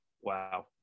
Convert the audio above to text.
wow